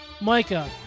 Micah